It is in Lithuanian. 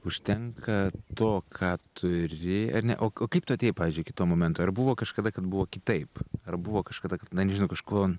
užtenka to ką turi ar ne o kaip tu atėjai pavyzdžiui iki to momento ar buvo kažkada kad buvo kitaip ar buvo kažkada na nežinau kažko